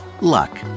luck